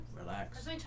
relax